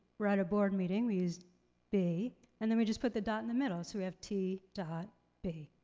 we're at a board meeting, we used b and then we just put the dot in the middle. so we have t dot b.